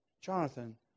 Jonathan